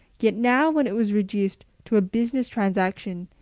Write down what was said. yet now when it was reduced to a business transaction,